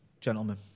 Gentlemen